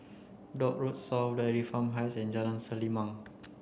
Dock Road South Dairy Farm Heights and Jalan Selimang